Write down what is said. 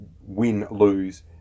win-lose